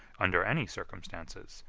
under any circumstances,